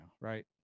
right